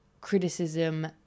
criticism